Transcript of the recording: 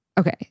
Okay